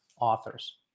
authors